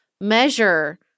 measure